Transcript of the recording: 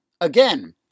Again